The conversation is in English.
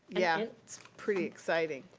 yeah. it's pretty exciting.